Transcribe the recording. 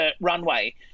runway